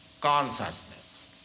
consciousness